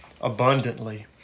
abundantly